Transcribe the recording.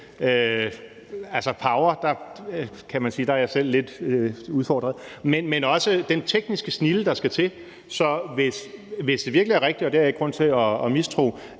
man sige, at jeg selv er lidt udfordret – men også den tekniske snilde, der skal til. Hvis det virkelig er rigtigt, og det har jeg ikke grund til at mistro,